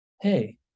hey